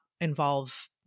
involve